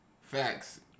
facts